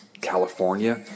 California